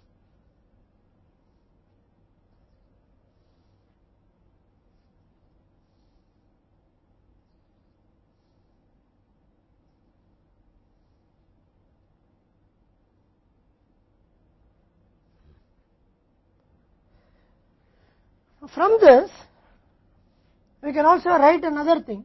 इससे हम एक और चीज़ भी लिख सकते हैं अगर